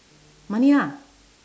money ah